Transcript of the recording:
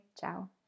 Ciao